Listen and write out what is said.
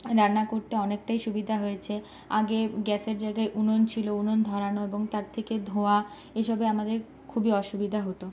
রান্না করতে অনেকটাই সুবিধা হয়েছে আগে গ্যাসের জায়গায় উনুন ছিল উনুন ধরানো এবং তার থেকে ধোঁয়া এসবে আমাদের খুবই অসুবিধা হতো